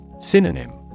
Synonym